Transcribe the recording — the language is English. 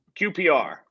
QPR